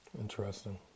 Interesting